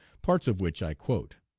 parts of which i quote